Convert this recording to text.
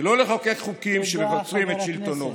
ולא לחוקק חוקים שמבצרים את שלטונו.